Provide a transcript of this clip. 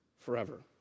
Forever